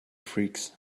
freaks